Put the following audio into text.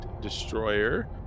Destroyer